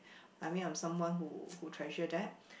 I mean I'm someone who who treasure that